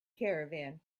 caravan